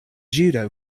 judo